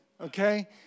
okay